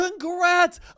Congrats